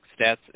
Stats